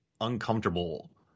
uncomfortable